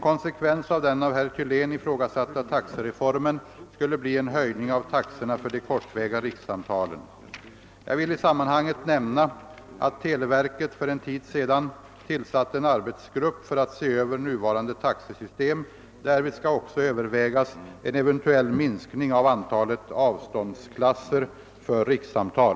Jag vill i sammanhanget nämna, att televerket för en tid sedan tillsatt ett arbetsgrupp för att se över nuvarande taxesystem. Därvid skall också övervägas en eventuell minskning av antalet avståndsklasser för rikssamtal.